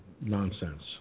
nonsense